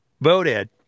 voted